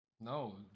No